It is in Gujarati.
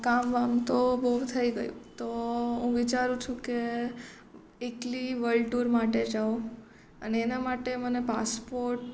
કામ વામ તો બહુ થઈ ગયું તો હું વિચારું છું કે એકલી વલ્ડ ટુર માટે જાઉં અને એના માટે મને પાસપોટ